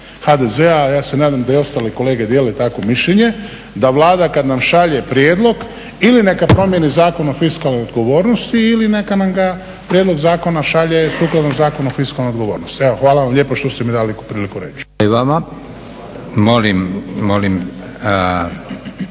HDZ-a, ja se nadam da i ostali kolege dijele takvo mišljenje, da Vlada kad nam šalje prijedlog ili neka promijeni Zakon o fiskalnoj odgovornosti ili neka nam ga prijedlog zakona šalje sukladno Zakonu o fiskalnoj odgovornosti. Evo hvala vam lijepo što ste mi dali priliku reći.